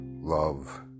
love